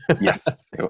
Yes